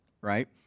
right